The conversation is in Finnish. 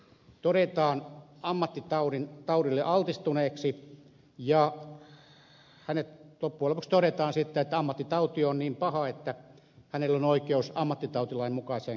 henkilö todetaan ammattitaudille altistuneeksi ja loppujen lopuksi todetaan että ammattitauti on niin paha että hänellä on oikeus ammattitautilain mukaiseen korvaukseen